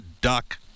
duck